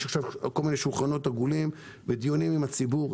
עכשיו כל מיני שולחנות עגולים ודיונים עם הציבור.